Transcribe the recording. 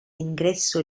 ingresso